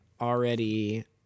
already